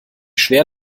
schwer